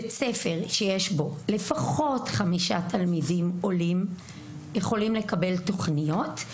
בית ספר שיש בו לפחות חמישה תלמידים עולים יכול לקבל תוכניות.